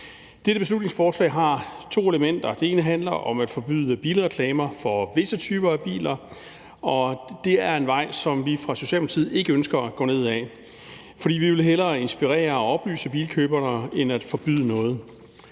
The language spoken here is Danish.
Dette beslutningsforslag har to elementer. Det ene handler om at forbyde reklamer for visse typer af biler, og det er en vej, som vi fra Socialdemokratiets side ikke ønsker at gå ned ad. Vi vil hellere inspirere og oplyse bilkøberne end at forbyde noget.